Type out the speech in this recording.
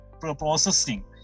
processing